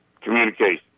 communication